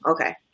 Okay